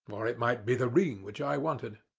or it might be the ring which i wanted.